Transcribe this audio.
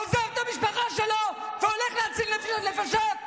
עוזב את המשפחה שלו והולך להציל נפשות.